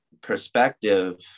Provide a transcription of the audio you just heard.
perspective